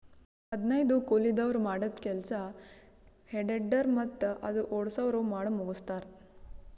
ಹದನೈದು ಕೂಲಿದವ್ರ್ ಮಾಡದ್ದ್ ಕೆಲ್ಸಾ ಹೆ ಟೆಡ್ಡರ್ ಮತ್ತ್ ಅದು ಓಡ್ಸವ್ರು ಮಾಡಮುಗಸ್ತಾರ್